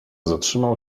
zatrzymał